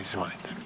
Izvolite.